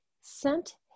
sent